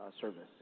service